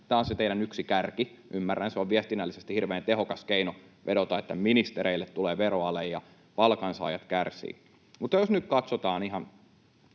tämä on se teidän yksi kärki. Ymmärrän: se on viestinnällisesti hirveän tehokas keino vedota, että ministereille tulee veroale ja palkansaajat kärsivät. Mutta jos nyt katsotaan ihan